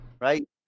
right